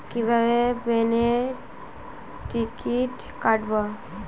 কিভাবে প্লেনের টিকিট কাটব?